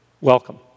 Welcome